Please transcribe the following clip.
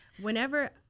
whenever